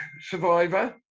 survivor